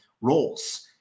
roles